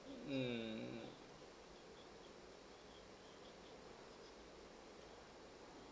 hmm